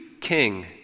king